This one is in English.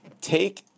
take